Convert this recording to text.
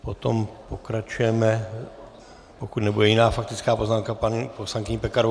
Potom pokračujeme, pokud nebude jiná faktická poznámka, paní poslankyní Pekarovou.